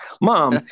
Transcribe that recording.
Mom